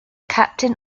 captain